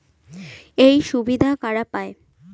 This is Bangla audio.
এই সুবিধা কারা পায়?